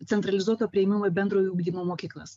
centralizuoto priėmimo į bendrojo ugdymo mokyklas